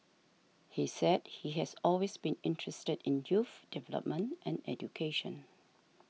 he said he has always been interested in youth development and education